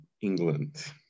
England